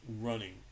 running